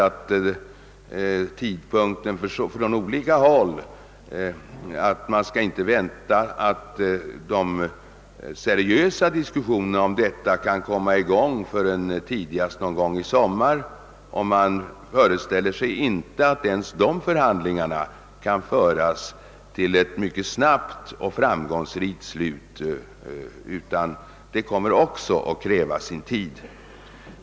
Det har också från olika håll uttalats att de seriösa diskussionerna om detta inte kan väntas komma i gång förrän tidigast i sommar. Och man föreställer sig inte heller att dessa förhandlingar skall kunna föras till ett mycket snabbt och framgångsrikt slut, utan kommer att kräva sin tid.